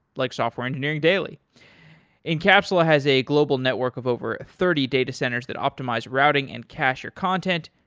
like software engineering daily incapsula has a global network of over thirty data centers that optimize routing and cashier content.